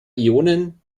ionen